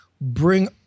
bring